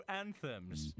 anthems